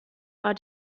war